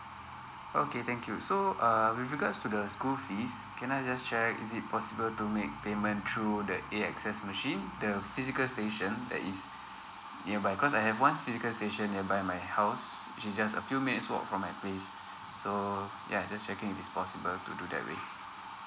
okay thank you so um with regards to the school fees can I just check is it possible to make payment through the AXS machine the physical station that is nearby cause I have one physical station nearby my house which is just a few minutes walk from my place so yea just checking if it's possible to do that way